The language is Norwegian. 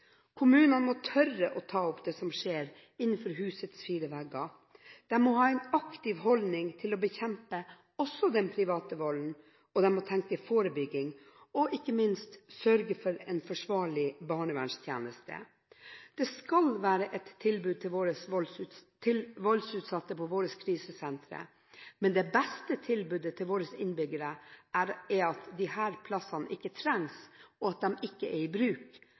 Kommunene må tørre å ta opp det som skjer innenfor husets fire vegger, de må ha en aktiv holdning for å bekjempe den private volden også, de må tenke forebygging, og ikke minst må de sørge for en forsvarlig barnevernstjeneste. Det skal være et tilbud til voldsutsatte på våre krisesentre, men det beste tilbudet til våre innbyggere er at disse plassene ikke trengs, og at de ikke er i bruk.